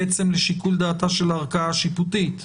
בעצם לשיקול דעתה של הערכאה השיפוטית.